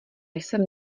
jsem